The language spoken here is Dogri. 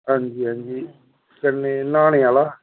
हां जी हां जी कन्नै न्हाने आह्ला